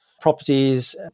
properties